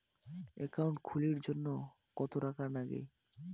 Account খুলির জন্যে কত টাকা নাগে?